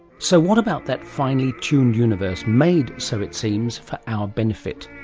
so what about that finely tuned universe, made, so it seems, for our benefit?